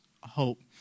hope